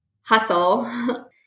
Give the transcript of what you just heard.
hustle